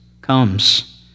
comes